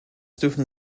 dürfen